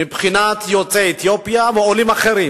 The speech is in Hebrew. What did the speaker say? מבחינת יוצאי אתיופיה ועולים אחרים,